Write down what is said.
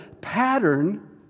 pattern